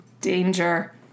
Danger